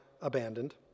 abandoned